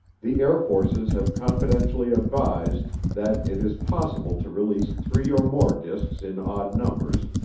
the air forces have confidentially advised that it is possible to release three or more discs in odd numbers,